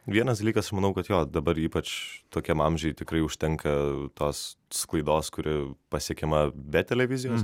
vienas dalykas manau kad jo dabar ypač tokiam amžiui tikrai užtenka tos sklaidos kuri pasiekiama be televizijos